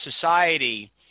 society –